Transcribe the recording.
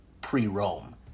pre-Rome